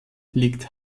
liegt